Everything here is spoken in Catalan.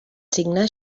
signar